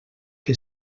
que